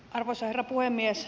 arvoisa herra puhemies